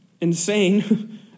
insane